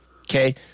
Okay